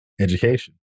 education